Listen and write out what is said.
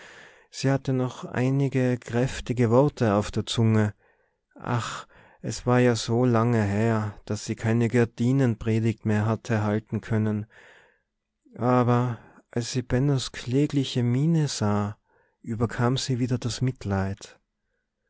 sie hatte noch einige kräftige worte auf der zunge ach es war ja so lange her daß sie keine gardinenpredigt mehr hatte halten können aber als sie bennos klägliche miene sah überkam sie wieder das mitleid